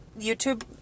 YouTube